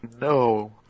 no